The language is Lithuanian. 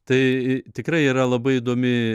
tai i tikrai yra labai įdomi